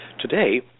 today